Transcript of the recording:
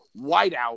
whiteout